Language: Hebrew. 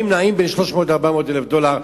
נעים בין 300,000 דולר ל-400,000 דולר,